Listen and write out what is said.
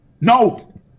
no